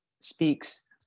speaks